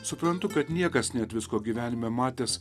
suprantu kad niekas net visko gyvenime matęs